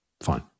fine